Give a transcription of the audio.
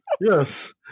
Yes